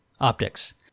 optics